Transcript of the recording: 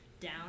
Down